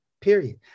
period